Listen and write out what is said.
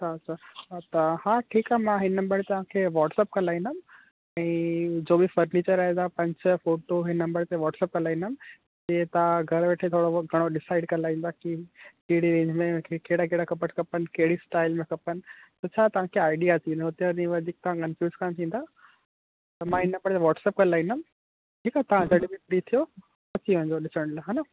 अच्छा त हा ठीकु आहे मां हीअ नम्बर तव्हांखे वॉटसप करे लाहींदमि ऐं जो बि फर्नीचर आएगा पंज छह फ़ोटो हे नम्बर ते वॉट्सप करे लाहींदमि जीअं तव्हां घर वेठे थोरो बहोत घणो डिसाईड करे लाहींदा की कहिड़ी रेंज में कहिड़ा कहिड़ा कबट खपनि कहिड़ी स्टाईल में खपनि त छा तव्हांखे आईडिआ थींदो उते वञी वधीकु तव्हां कंफ़्यूज कोन्ह थींदा त मां इनखे वॉट्सप करे लाहींदमि ठीकु आहे तव्हां जॾहिं बि फ़्री थियो अची वञिजो ॾिसणु लाइ हा न